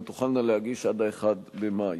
הן תוכלנה להגיש עד ה-1 במאי.